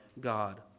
God